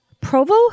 Provo